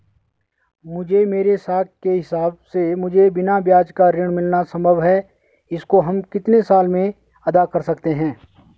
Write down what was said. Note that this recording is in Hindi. मुझे मेरे साख के हिसाब से मुझे बिना ब्याज का ऋण मिलना संभव है इसको हम कितने साल में अदा कर सकते हैं?